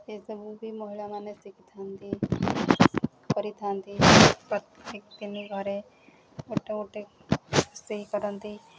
ଏସବୁ ବି ମହିଳାମାନେ ଶିଖିଥାନ୍ତି କରିଥାନ୍ତି ପ୍ରତ୍ୟେକ ଦିନ ଘରେ ଗୋଟେ ଗୋଟେ ରୋଷେଇ କରନ୍ତି